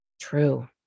True